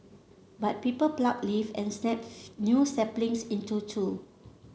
but people pluck leaves and snap new saplings into two